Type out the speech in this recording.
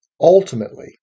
ultimately